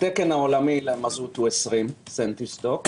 התקן העולמי למזוט הוא 20 סנטוסטוק.